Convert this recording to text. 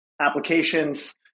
applications